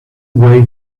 way